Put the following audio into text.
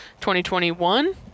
2021